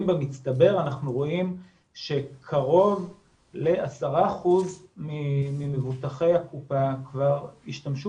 במצטבר אנחנו רואים שקרוב ל-10% ממבוטחי הקופה כבר השתמשו